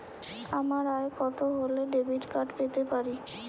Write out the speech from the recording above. আমার আয় কত হলে ডেবিট কার্ড পেতে পারি?